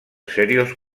serios